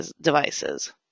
devices